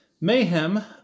mayhem